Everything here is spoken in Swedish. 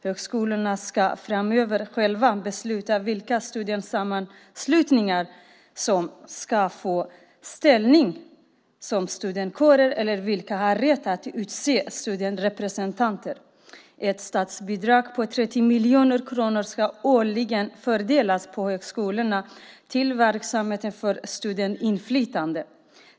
Högskolorna ska framöver själva besluta vilka studentsammanslutningar som ska få ställning som studentkårer eller vilka som ska ha rätt att utse studeranderepresentanter. Ett statsbidrag på 30 miljoner kronor ska årligen fördelas till högskolorna till verksamheten för studentinflytande.